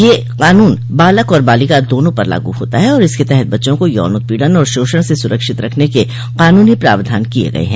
यह कानून बालक और बालिका दोनों पर लागू होता है और इसके तहत बच्चों को यौन उत्पीड़न और शोषण से सुरक्षित रखने क कानूनी प्रावधान किए गए हैं